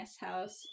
house